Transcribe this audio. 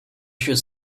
should